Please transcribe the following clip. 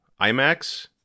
IMAX